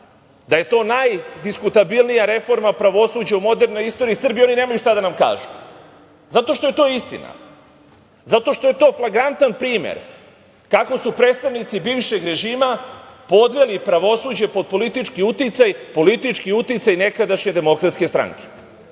da je to najdiskutabilnija reforma pravosuđa u modernoj istoriji Srbije, oni nemaju šta da nam kažu zato što je to istina. Zato što je to flagrantan primer kako su predstavnici bivšeg režima podveli pravosuđe pod politički uticaj, politički uticaj nekadašnje DS.Srpska